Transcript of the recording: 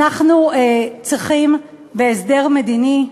אנחנו צריכים, בהסדר מדיני,